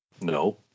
No